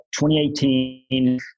2018